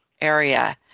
area